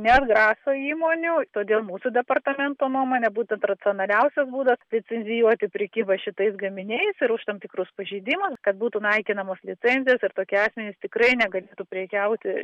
neatgraso įmonių todėl mūsų departamento nuomone būtent racionaliausias būdas licencijuoti prekybą šitais gaminiais ir už tam tikrus pažeidimus kad būtų naikinamos licencijos ir tokie asmenys tikrai negalėtų prekiauti